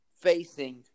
facing